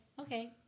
okay